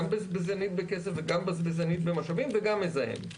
גם בזבזנית בכסף וגם בזבזנית במשאבים וגם מזהמת,